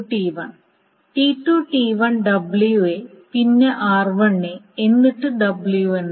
T2 T1 W2 പിന്നെ r1 എന്നിട്ട് w1 ആണ്